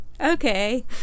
Okay